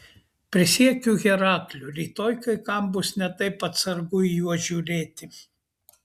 prisiekiu herakliu rytoj kai kam bus ne taip atsargu į juos žiūrėti